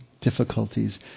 difficulties